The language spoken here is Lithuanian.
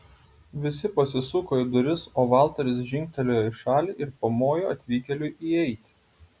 visi pasisuko į duris o valteris žingtelėjo į šalį ir pamojo atvykėliui įeiti